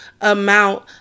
amount